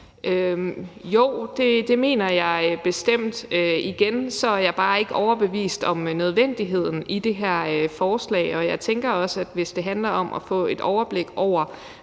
Jo, det mener jeg bestemt. Igen er jeg bare ikke overbevist om nødvendigheden af det her forslag. Og jeg tænker også, at hvis det handler om at få et overblik over,